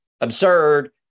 absurd